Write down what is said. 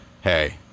Hey